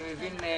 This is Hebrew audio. אופיר,